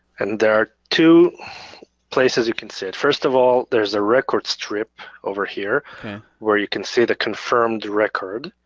and there are two places you can see it. first of all there's a record strip over here where you can see the confirmed record.